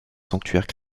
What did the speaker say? sanctuaires